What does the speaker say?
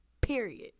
period